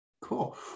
cool